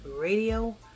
Radio